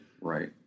right